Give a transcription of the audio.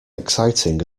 exciting